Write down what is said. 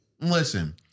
listen